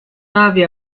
navi